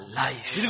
life